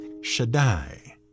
Shaddai